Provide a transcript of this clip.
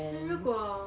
如果